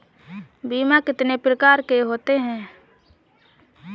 बीमा कितनी प्रकार के होते हैं?